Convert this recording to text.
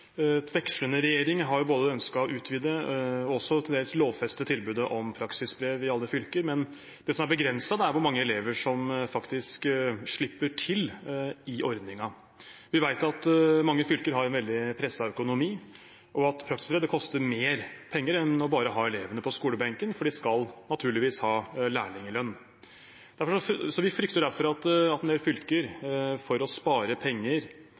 Vekslende regjeringer har ønsket både å utvide og også til dels å lovfeste tilbudet om praksisbrev i alle fylker, men det som er begrenset, er hvor mange elever som faktisk slipper til i ordningen. Vi vet at mange fylker har en veldig presset økonomi, og at praksisbrev koster mer penger enn bare å ha elevene på skolebenken, for de skal naturligvis ha lærlinglønn. Vi frykter derfor at en del fylker for å spare penger